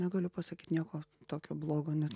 negaliu pasakyt nieko tokio blogo net